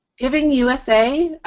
giving usa,